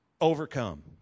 overcome